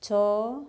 ଛଅ